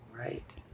Right